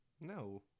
No